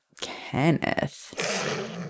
Kenneth